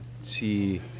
see